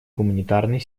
гуманитарной